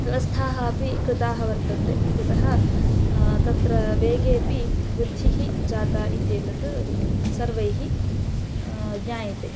व्यवस्थाः अपि कृताः वर्तन्ते इत्यतः तत्र वेगेपि वृद्धिः जाता इत्येतत् सर्वैः ज्ञायते